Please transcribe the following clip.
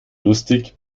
lustig